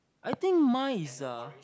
I think mine is uh